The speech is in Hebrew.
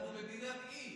אנחנו מדינת אי.